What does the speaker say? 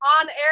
on-air